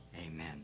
Amen